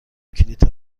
کلیدها